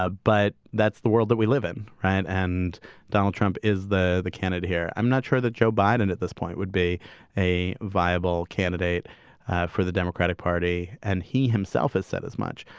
ah but that's the world that we live in. and and donald trump is the the candidate here. i'm not sure that joe biden at this point would be a viable candidate for the democratic party. and he himself has said as much.